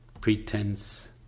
pretense